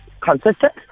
consistent